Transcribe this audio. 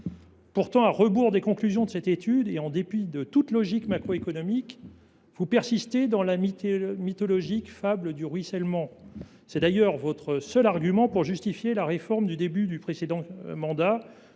Pourtant, à rebours des conclusions de cette étude, et en dépit de toute logique macroéconomique, vous persistez dans la fable mythologique du ruissellement. C’est d’ailleurs votre seul argument pour justifier le remplacement, au début du précédent mandat,